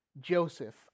Joseph